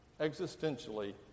existentially